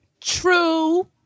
True